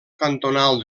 cantonal